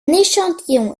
échantillon